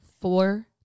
four